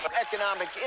economic